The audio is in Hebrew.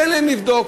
תן להם לבדוק,